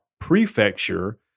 Prefecture